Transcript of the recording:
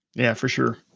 yeah, for sure,